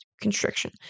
constriction